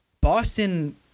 Boston